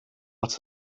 got